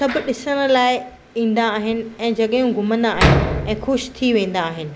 सभु ॾिसण लाइ ईंदा आहिनि ऐं जॻहियूं घुमंदा आहिनि ऐं ख़ुशि थी वेंदा आहिनि